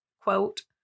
quote